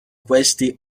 questi